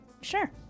Sure